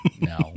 no